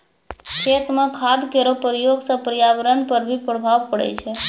खेत म खाद केरो प्रयोग सँ पर्यावरण पर भी प्रभाव पड़ै छै